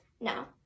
Now